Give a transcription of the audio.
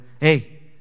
Hey